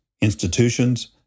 institutions